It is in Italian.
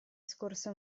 scorse